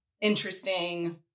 interesting